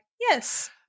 yes